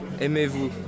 Aimez-vous